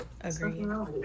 agree